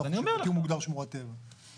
הוא מוגדר שמורת טבע.